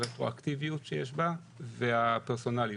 הרטרואקטיביות שיש בה והפרסונליות.